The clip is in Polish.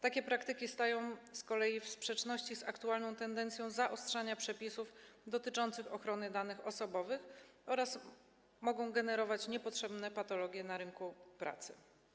Takie praktyki pozostają też w sprzeczności z aktualną tendencją do zaostrzania przepisów dotyczących ochrony danych osobowych oraz mogą generować niepotrzebne patologie na rynku pracy.